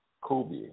Kobe